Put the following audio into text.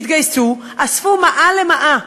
התגייסו, אספו מעה למעה,